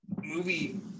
movie